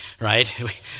Right